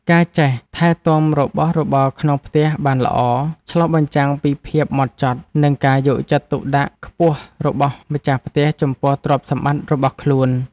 ការចេះថែទាំរបស់របរក្នុងផ្ទះបានល្អ ឆ្លុះបញ្ចាំងពីភាពហ្មត់ចត់ និងការយកចិត្តទុកដាក់ខ្ពស់របស់ម្ចាស់ផ្ទះចំពោះទ្រព្យសម្បត្តិរបស់ខ្លួន។